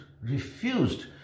refused